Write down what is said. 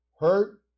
hurt